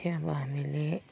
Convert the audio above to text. त्यो आबो हामीले